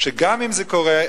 שגם אם זה קורה,